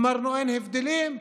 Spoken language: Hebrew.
אמרנו שאין הבדלים,